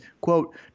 quote